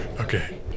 Okay